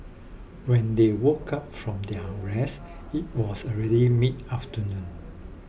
when they woke up from their rest it was already mid afternoon